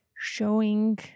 showing